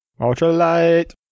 Ultralight